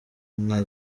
nka